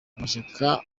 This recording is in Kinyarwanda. amashyaka